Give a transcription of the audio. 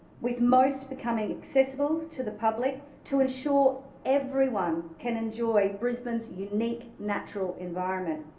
with most becoming accessible to the public to ensure everyone can enjoy brisbane's unique natural environment.